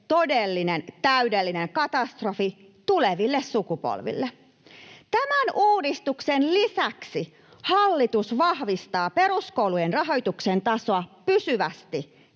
todellinen, täydellinen katastrofi tuleville sukupolville. Tämän uudistuksen lisäksi hallitus vahvistaa peruskoulujen rahoituksen tasoa pysyvästi